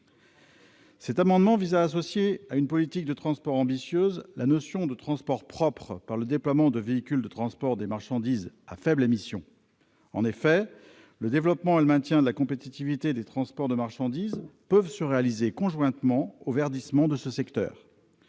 Cet amendement vise à associer à une politique de transport ambitieuse le développement du transport propre par le déploiement de véhicules de transport des marchandises à faibles émissions. En effet, le maintien et le développement de la compétitivité des transports de marchandises peuvent se conjuguer avec le verdissement de ce secteur.